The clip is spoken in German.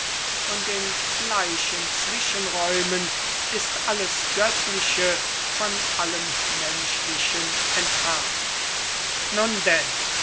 und in gleichen zwischenräumen ist alles göttliche von allem menschlichen entfernt nun denn